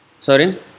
Sorry